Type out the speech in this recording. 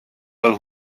ajal